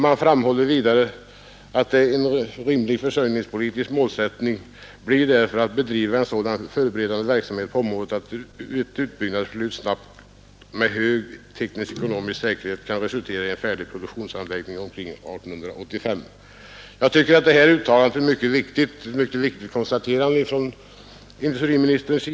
Man framhåller vidare, som industriministern också har anfört i svaret, att ”en rimlig försörjningspolitisk målsättning blir därför att bedriva en sådan förberedande verksamhet på området att ett utbyggnadsbeslut snabbt och med hög teknisk-ekonomisk säkerhet kan resultera i en färdig produktionsanläggning från omkring år 1985”. Detta är ett mycket viktigt konstaterande från industriministern.